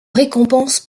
récompense